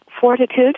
fortitude